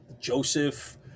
Joseph